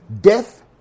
death